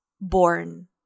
born